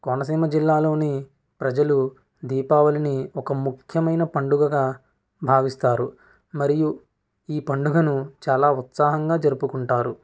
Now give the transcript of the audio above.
కోనసీమ జిల్లాలోని ప్రజలు దీపావళిని ఒక ముఖ్యమైన పండుగగా భావిస్తారు మరియు ఈ పండుగను చాలా ఉత్సాహంగా జరుపుకుంటారు